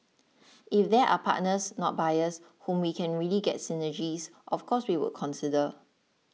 if there are partners not buyers whom we can really get synergies of course we would consider